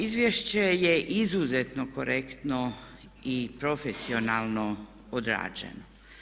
Izvješće je izuzetno korektno i profesionalno odrađeno.